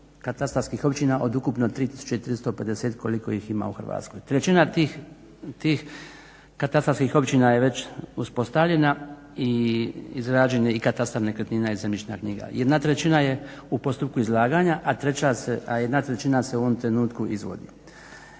katastarskih općina od ukupno 3 350 koliko ih ima u Hrvatskoj. Trećina tih katastarskih općina je već uspostavljena i izrađen je i katastar nekretnina i zemljišna knjiga. Jedna trećina je u postupku izlaganja, a jedna trećina se u ovom trenutku izvodi.